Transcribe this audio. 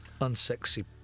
...unsexy